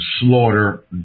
slaughter